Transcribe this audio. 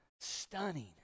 stunning